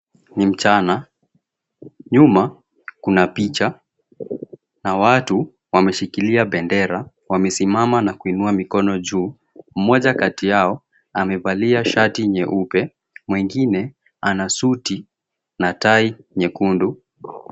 Ni mchana, nyuma kuna picha na watu wameshikilia bendera, wamesimama na kuinua mikono juu, mmoja kati yao amevalia shati nyeupe, mwengine ana suti na tai nyekundu.